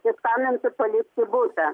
testamentu paliksiu butą